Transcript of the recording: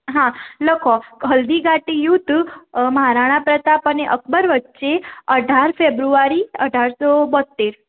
હા લખો કે હલ્દી ઘાટી યુદ્ધ મહારાણા પ્રતાપ અને અકબર વચ્ચે અઢાર ફેબ્રુઆરી અઢારસો બોંતેર